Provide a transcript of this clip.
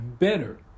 Better